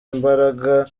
imbaraga